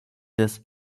des